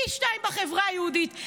פי שניים בחברה היהודית.